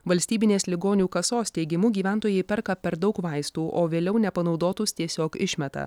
valstybinės ligonių kasos teigimu gyventojai perka per daug vaistų o vėliau nepanaudotus tiesiog išmeta